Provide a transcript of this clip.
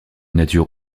nature